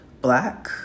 Black